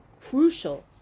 crucial